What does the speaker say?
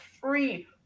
free